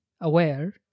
aware